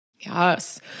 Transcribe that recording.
Yes